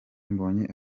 mbonyi